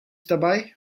dabei